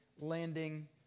landing